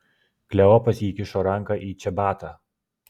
kleopas įkišo ranką į čebatą